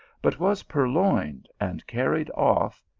but was pur loined and carried off,